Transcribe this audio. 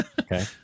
Okay